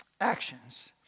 actions